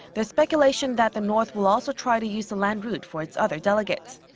there's speculation that the north will also try to use the land route for its other delegates.